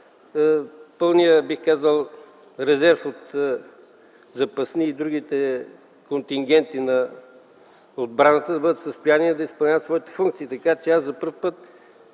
пълният резерв от запасни и другите контингенти на отбраната да бъдат в състояние да изпълняват своите функции. Така че аз за първи път